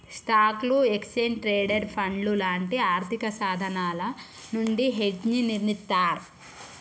స్టాక్లు, exchange traded ఫండ్లు లాంటి ఆర్థికసాధనాల నుండి హెడ్జ్ని నిర్మిత్తర్